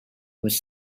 was